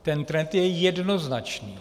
Ten trend je jednoznačný.